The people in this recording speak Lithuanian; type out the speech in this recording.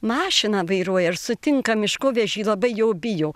mašiną vairuoja ar sutinka miškovežį labai jo bijo